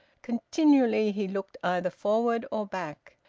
continually he looked either forward or back.